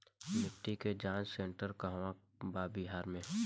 मिटी के जाच सेन्टर कहवा बा बिहार में?